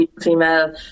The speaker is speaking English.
female